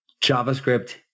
JavaScript